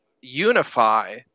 unify